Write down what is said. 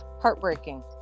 heartbreaking